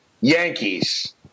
Yankees